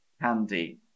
candy